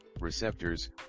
receptors